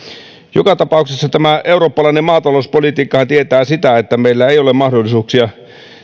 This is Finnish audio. joka tapauksessa tämä eurooppalainen maatalouspolitiikkahan tietää sitä että meillä ei ole mahdollisuuksia